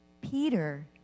Peter